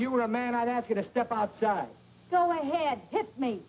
you were a man i'd ask you to step outside so my head hit me